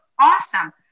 awesome